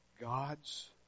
God's